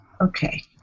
Okay